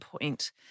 point